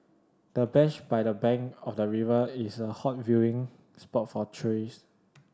the bench by the bank of the river is a hot viewing spot for tourists